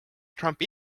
trumpi